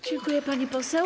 Dziękuję, pani poseł.